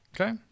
Okay